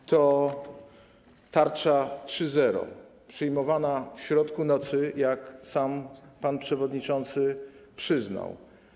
A to jest tarcza 3.0, przyjmowana w środku nocy, jak sam pan przewodniczący przyznał.